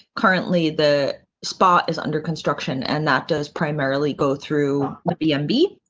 currently, the spot is under construction. and that does primarily go through the bmb.